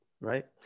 Right